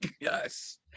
Yes